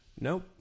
Nope